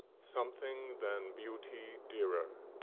something than beauty dearer.